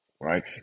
Right